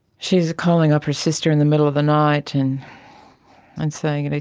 she was calling up her sister in the middle of the night and and saying, and